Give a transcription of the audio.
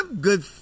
good